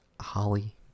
Holly